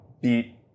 beat